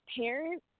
parents